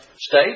state